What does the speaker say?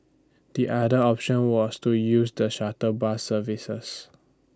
the other option was to use the shuttle bus services